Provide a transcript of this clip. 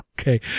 Okay